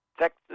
Texas